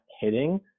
hitting